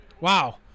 Wow